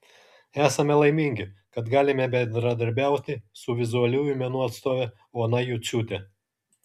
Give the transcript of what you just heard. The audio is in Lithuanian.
esame laimingi kad galime bendradarbiauti su vizualiųjų menų atstove ona juciūte